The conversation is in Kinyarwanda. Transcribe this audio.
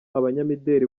abanyamideli